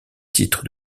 titre